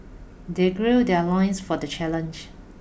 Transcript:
they gird their loins for the challenge